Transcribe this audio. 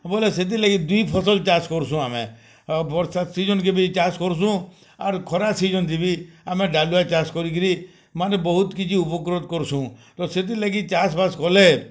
ବଏଲେ ସେଥିର୍ଲାଗି ଦୁଇ ଫସଲ୍ ଚାଷ୍ କର୍ସୁଁ ଆମେ ବର୍ଷା ସିଜନ୍କେ ବି ଚାଷ୍ କର୍ସୁଁ ଆରୁ ଖରା ସିଜନ୍କେ ବି ଆମେ ଡାଲିଆ ଚାଷ୍ କରି କିରି ମାନେ ବହୁତ୍ କିଛି ଉପକୃତ କର୍ସୁଁ ତ ସେଥିର୍ଲାଗି ଚାଷ୍ ବାସ୍ କଲେ